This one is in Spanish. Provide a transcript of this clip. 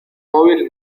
móvil